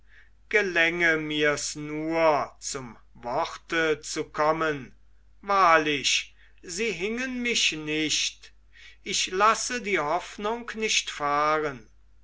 gelänge mirs nur zum worte zu kommen wahrlich sie hingen mich nicht ich lasse die hoffnung nicht fahren